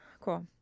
Cool